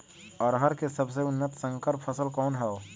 अरहर के सबसे उन्नत संकर फसल कौन हव?